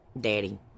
daddy